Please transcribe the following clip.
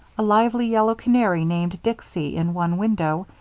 a lively yellow canary named dicksy in one window,